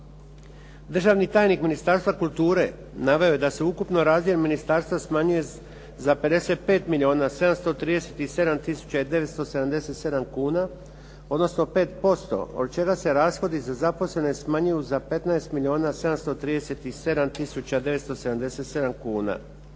Državni tajnik Ministarstva kulture naveo da se ukupni razdjel ministarstva smanjuje za 55 milijuna 737 tisuća 977 kuna, odnosno 5%. Od čega se rashodi za zaposlene smanjuju za 15 milijuna